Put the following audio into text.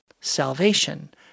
salvation